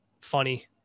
funny